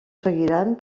seguiran